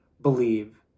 believe